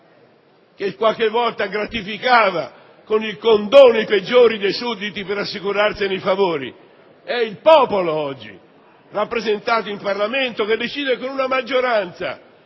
che, qualche volta, gratificava con il condono i peggiori dei suoi sudditi per assicurarsene i favori, ma è il popolo, oggi, rappresentato in Parlamento, che decide, con una maggioranza